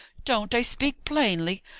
don't i speak plainly?